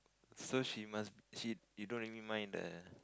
so she must she you don't really mind the